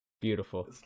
Beautiful